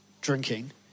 drinking